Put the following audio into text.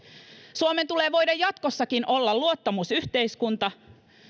suomen tulee voida jatkossakin olla luottamusyhteiskunta